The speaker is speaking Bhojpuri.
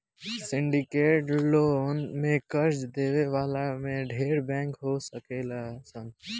सिंडीकेटेड लोन में कर्जा देवे वाला में ढेरे बैंक हो सकेलन सा